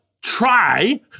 try